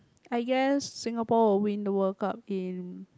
I guess Singapore will win the World Cup game